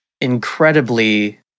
incredibly